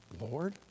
Lord